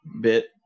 bit